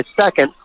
second